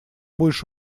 будешь